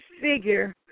figure